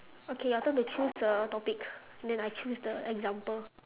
okay your turn to choose a topic then I choose the example